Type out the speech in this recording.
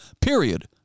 Period